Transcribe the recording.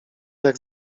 jak